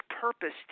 purpose